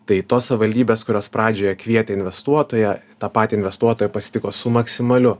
tai tos savivaldybės kurios pradžioje kvietė investuotoją tą patį investuotoją pasitiko su maksimaliu